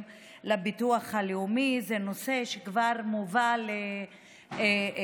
לביטוח הלאומי הוא נושא שכבר מובא לכנסת,